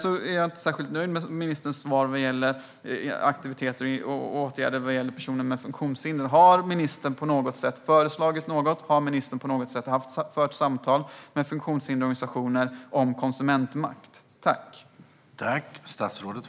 Jag är inte särskilt nöjd med ministerns svar om aktiviteter och åtgärder för personer med funktionshinder. Har ministern lämnat några förslag? Har han fört samtal med funktionshindersorganisationer om konsumentmakt?